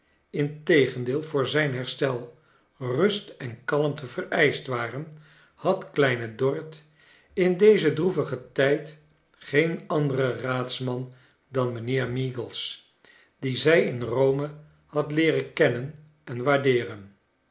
integendeel voor zijn herstel rust en kalmte vereischt waren had kleine dorrit in dezen droevigen tijd geen anderen raadsman dan mijnheer meagles dien zij in rome had leeren kennen en waardeeren